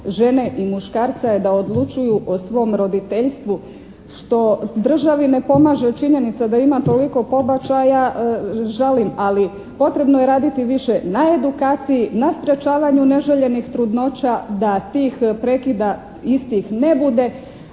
žene i muškarca je da odlučuju o svom roditeljstvu što državi ne pomaže činjenica da ima toliko pobačaja žalim, ali potrebno je raditi više na edukaciji, na sprečavanju neželjenih trudnoća da tih prekida istih ne bude,